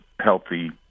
healthy